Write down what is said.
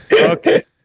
Okay